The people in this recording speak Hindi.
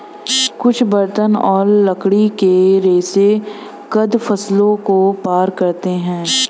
कुछ बर्तन और लकड़ी के रेशे कंद फसलों को पार करते है